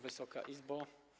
Wysoka Izbo!